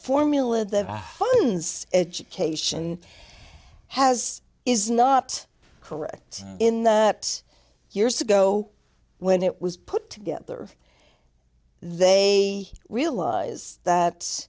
formula that education has is not correct in that years ago when it was put together they realized that